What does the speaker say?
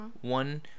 one